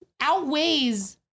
outweighs